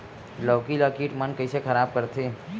लौकी ला कीट मन कइसे खराब करथे?